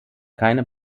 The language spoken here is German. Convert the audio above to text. keine